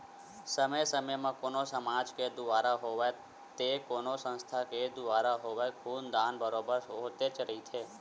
समे समे म कोनो समाज के दुवारा होवय ते कोनो संस्था के दुवारा होवय खून दान बरोबर होतेच रहिथे